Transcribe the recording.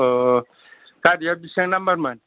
अ गारिया बिसिबां नाम्बार मोन